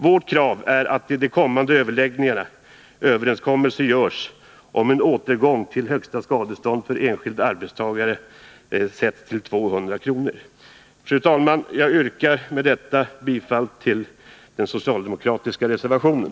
Vårt krav är att i de kommande överläggningarna överenskommelse görs om en återgång till att högsta skadestånd för enskild arbetstagare sätts till 200 kr. Fru talman! Jag yrkar bifall till den socialdemokratiska reservationen.